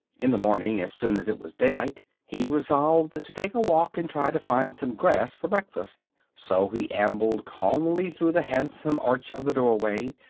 in the morning, as soon as it was daylight, he resolved to take a walk and try to find some grass for breakfast so he ambled calmly through the handsome arch of the doorway,